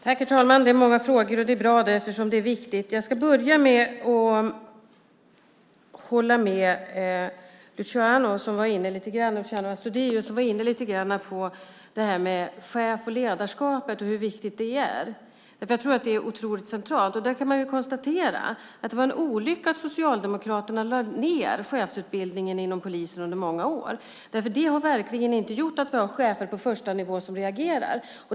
Herr talman! Det är många frågor, och det är bra eftersom detta är viktigt. Jag ska börja med att säga att jag håller med Luciano Astudillo som lite grann var inne på det här med chefs och ledarskap och på hur viktigt det är. Jag tror att det är otroligt centralt. Där kan man konstatera att det var en olycka att Socialdemokraterna lade ned chefsutbildningen inom polisen; så var det under många år. Det har verkligen inte gjort att vi har chefer på första nivån som reagerar.